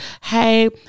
hey